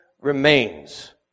remains